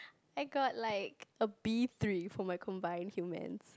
I got like a B three for my combined humans